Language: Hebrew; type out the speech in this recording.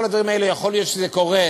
כל הדברים האלה, יכול להיות שזה קורה,